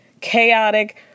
chaotic